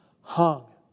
hung